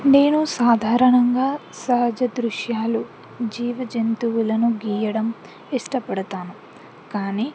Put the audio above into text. నేను సాధారణంగా సహజ దృశ్యాలు జీవ జంతువులను గీయడం ఇష్టపడతాను కానీ